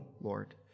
Lord